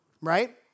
right